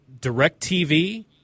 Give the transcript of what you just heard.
DirecTV